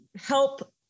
help